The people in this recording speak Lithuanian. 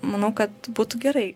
manau kad būtų gerai